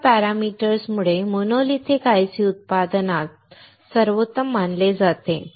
तर या पॅरामीटर्समुळे मोनोलिथिक ICs उत्पादनात सर्वोत्तम मानले जातात